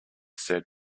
said